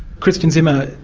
christian zimmer,